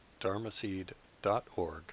dharmaseed.org